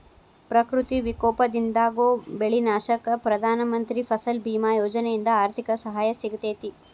ಪ್ರಕೃತಿ ವಿಕೋಪದಿಂದಾಗೋ ಬೆಳಿ ನಾಶಕ್ಕ ಪ್ರಧಾನ ಮಂತ್ರಿ ಫಸಲ್ ಬಿಮಾ ಯೋಜನೆಯಿಂದ ಆರ್ಥಿಕ ಸಹಾಯ ಸಿಗತೇತಿ